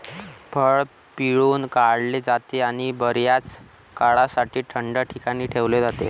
फळ पिळून काढले जाते आणि बर्याच काळासाठी थंड ठिकाणी ठेवले जाते